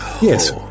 Yes